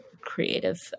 creative